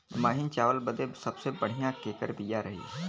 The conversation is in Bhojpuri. महीन चावल बदे सबसे बढ़िया केकर बिया रही?